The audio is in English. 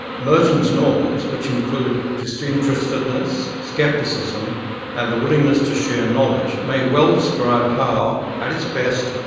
merton's norms, which include disinterestedness, scepticism, and the willingness to share knowledge, may well describe how, at its best,